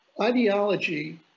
Ideology